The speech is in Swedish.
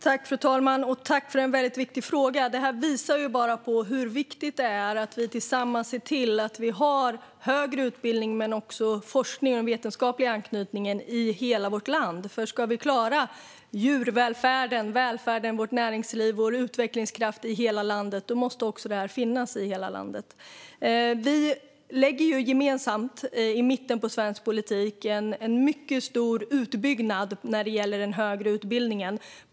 Herr talman! Jag tackar för en väldigt viktig fråga. Det här visar på hur viktigt det är att vi tillsammans ser till att vi har högre utbildning men också forskning och vetenskaplig anknytning i hela vårt land. Ska vi klara djurvälfärden, välfärden, vårt näringsliv och vår utvecklingskraft i hela landet måste också detta finnas i hela landet. Vi gör gemensamt i mitten av svensk politik en mycket stor utbyggnad av den högre utbildningen.